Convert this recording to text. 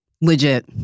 Legit